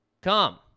Come